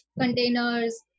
containers